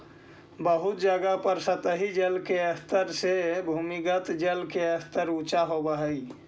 बहुत जगह पर सतही जल के स्तर से भूमिगत जल के स्तर ऊँचा होवऽ हई